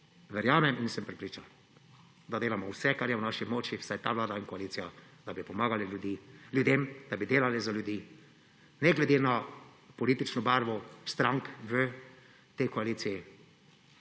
verjamem in sem prepričan, da delamo vse, kar je v naši moči, vsaj ta vlada in koalicija, da bi pomagali ljudem, da bi delali za ljudi. Ne glede na politično barvo strank v tej koaliciji